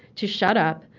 to shut up,